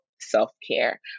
self-care